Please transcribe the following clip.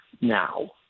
now